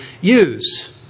use